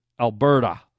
Alberta